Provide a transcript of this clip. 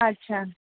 अच्छा